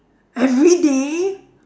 everyday